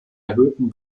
erhöhten